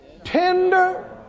Tender